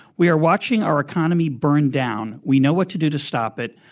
we are watching our economy burn down. we know what to do to stop it.